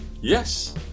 Yes